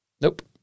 Nope